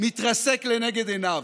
מתרסק לנגד עיניו.